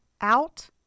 out